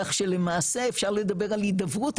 כך שלמעשה אפשר לדבר על הידברות,